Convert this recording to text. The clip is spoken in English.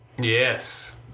Yes